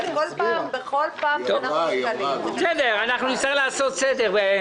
אבל בכל פעם שאנחנו דנים --- נצטרך לעשות סדר.